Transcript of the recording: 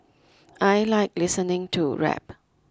I like listening to rap